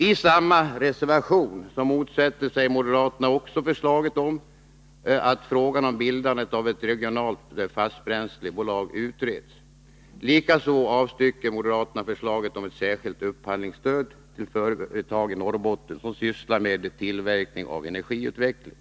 I samma reservation motsätter sig moderaterna också förslaget om att frågan om bildandet av ett regionalt fastbränslebolag utreds. Likaså avstyrker de förslaget om ett särskilt upphandlingsstöd till företag i Norrbotten som sysslar med tillverkning inom området för energiutveckling.